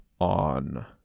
on